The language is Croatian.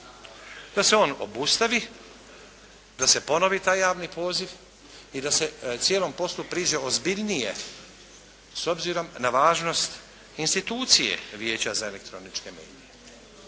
Da se on obustavi, da se ponovi taj javni poziv i da se cijelom poslu priđe ozbiljnije s obzirom na važnost institucije Vijeća za elektroničke medije,